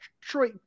Troy